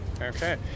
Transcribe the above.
Okay